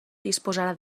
disposarà